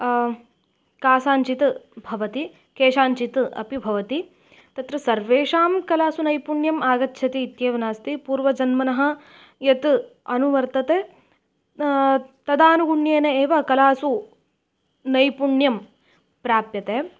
कासाञ्चित् भवति केषाञ्चित् अपि भवति तत्र सर्वेषां कलासु नैपुण्यम् आगच्छति इत्येव नास्ति पूर्वजन्मनः यत् अनुवर्तते तदानुगुण्येन एव कलासु नैपुण्यं प्राप्यते